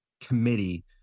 committee